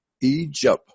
Egypt